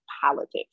politics